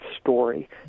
story